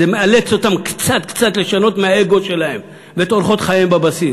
זה מאלץ אותם קצת-קצת לשנות מהאגו שלהם ואת אורחות חייהם בבסיס.